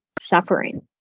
suffering